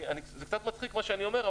זה קצת מצחיק מה שאני אומר,